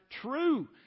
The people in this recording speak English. true